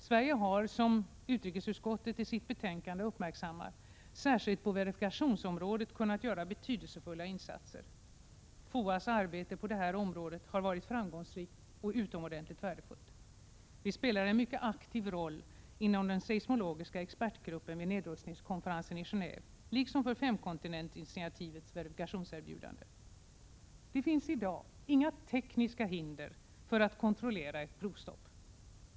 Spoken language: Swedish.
Sverige har, som utrikesutskottet i sitt betänkande uppmärksammar, särskilt på verifikationsområdet kunnat göra betydelsefulla insatser. FOA:s arbete på detta område har varit framgångsrikt och utomordentligt värdefullt. Vi spelar en mycket aktiv roll inom den seismologiska expertgruppen vid nedrustningskonferensen i Geneve liksom för femkontinentinitiativets verifikationserbjudande. Det finns i dag inga tekniska hinder för att kontrollera ett provstopp.